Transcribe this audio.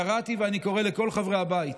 קראתי ואני קורא לכל חברי הבית